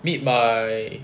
meet my